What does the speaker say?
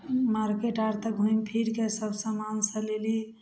market आओर तऽ घुमिफिरिके सब समान सब लेलहुँ